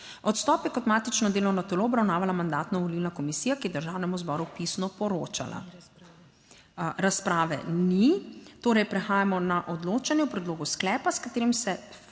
Odstop je kot matično delovno telo obravnavala Mandatno-volilna komisija, ki je Državnemu zboru pisno poročala. Razprave ni. Torej, prehajamo na odločanje o predlogu sklepa, s katerim se